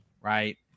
right